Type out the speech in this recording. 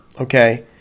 Okay